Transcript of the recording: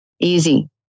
easy